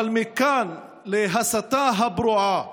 אבל מכאן להסתה הפרועה